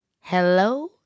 Hello